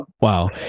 Wow